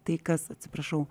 tai kas atsiprašau